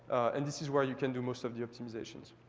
and this is where you can do most of the optimizations.